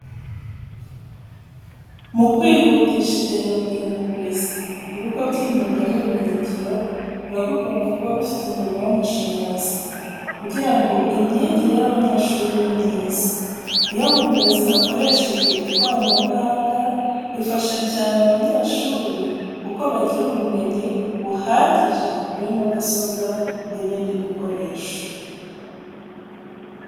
Mu kwihutisha iterambere mu burezi, ibigo b'imyuga n'ubumenyingiro biba bigomba kuba bifite umuriro w'amashanyarazi kugira ngo imyigire y'abanyeshuri ibe myiza. Iyo mu burezi hakoreshejwe ikoranabuhanga, bifasha cyane abanyeshuri kuko bagira ubumenyi buhagije kuri mudasobwa n'ibindi bikoresho.